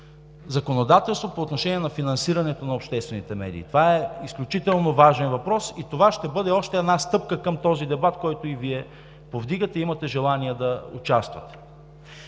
законодателство по отношение на финансирането на обществените медии. Това е изключително важен въпрос и това ще бъде още една стъпка към този дебат, който и Вие повдигате, и имате желание да участвате.